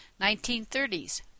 1930s